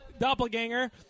doppelganger